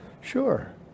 Sure